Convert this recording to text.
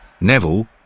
Neville